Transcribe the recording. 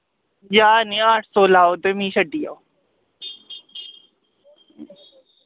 ज्हार नी अट्ठ सौ लाओ ते मी छड्डी आओ